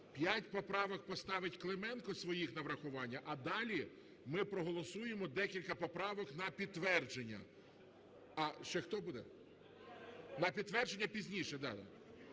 п'ять поправок поставить Клименко своїх на врахування, а далі ми проголосуємо декілька поправок на підтвердження. А ще хто буде? На підтвердження – пізніше,